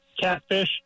catfish